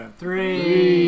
three